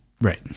Right